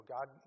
God